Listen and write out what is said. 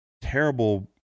terrible